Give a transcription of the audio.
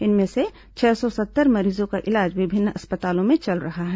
इनमें से छह सौ सत्तर मरीजों का इलाज विभिन्न अस्पतालों में चल रहा है